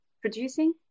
producing